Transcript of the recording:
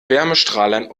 wärmestrahlern